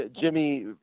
jimmy